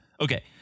Okay